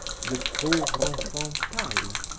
le pauvre enfant pale,